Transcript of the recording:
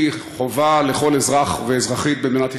חובה לכל אזרח ואזרחית במדינת ישראל.